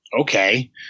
okay